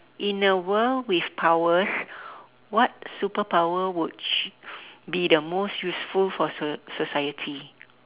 in a world with powers what superpower would you be the most useful for society